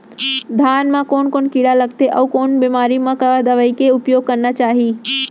धान म कोन कोन कीड़ा लगथे अऊ कोन बेमारी म का दवई के उपयोग करना चाही?